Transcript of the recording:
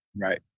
Right